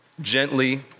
gently